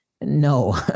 No